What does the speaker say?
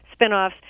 spinoffs